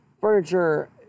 furniture